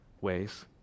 ways